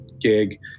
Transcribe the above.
gig